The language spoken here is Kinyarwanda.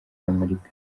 amerika